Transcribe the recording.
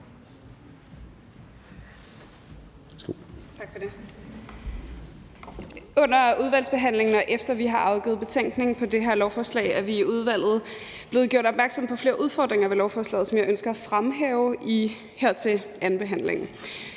Under udvalgsbehandlingen, og efter vi har afgivet betænkning til det her lovforslag, er vi i udvalget blevet gjort opmærksom på flere udfordringer med lovforslaget, som jeg ønsker at fremhæve her ved andenbehandlingen.